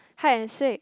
hide and seek